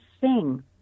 sing